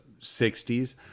60s